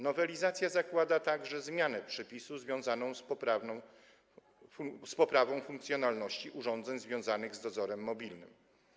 Nowelizacja zakłada także zmianę przepisu związaną z poprawą funkcjonalności urządzeń związanych z dozorem mobilnym.